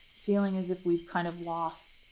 feeling as if we've kind of lost